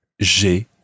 j'ai